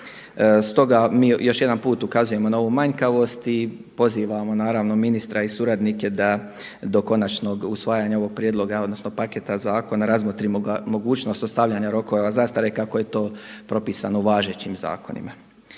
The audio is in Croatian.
Stoga mi još jedan put ukazujemo na ovu manjkavost i pozivamo ministra i suradnike da do konačnog usvajanja ovog prijedloga odnosno paketa zakona razmotri mogućnost ostavljanja rokova zastare kako je to propisano važećim zakonima.